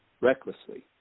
recklessly